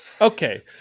okay